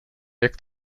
jak